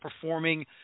performing